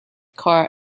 car